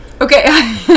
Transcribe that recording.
Okay